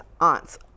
aunts